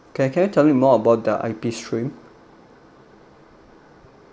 can can you tell me more about the I_P stream